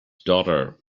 daughter